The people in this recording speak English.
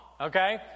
okay